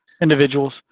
individuals